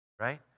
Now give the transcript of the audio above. right